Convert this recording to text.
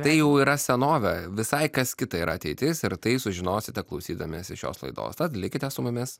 tai jau yra senovė visai kas kita yra ateitis ir tai sužinosite klausydamiesi šios laidos tad likite su mumis